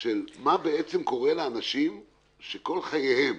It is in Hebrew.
של מה בעצם קורה לאנשים שכל חייהם